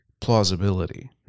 plausibility